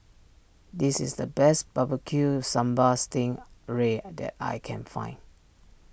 this is the best Barbecue Sambal Sting Ray that I can find